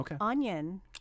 onion